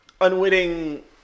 unwitting